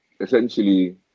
Essentially